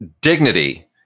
Dignity